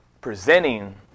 presenting